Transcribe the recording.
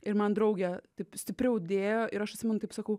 ir man draugė taip stipriau dėjo ir aš atsimenu taip sakau